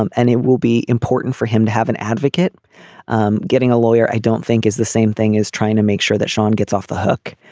um and it will be important for him to have an advocate um getting a lawyer. i don't think is the same thing is trying to make sure that sean gets off the hook.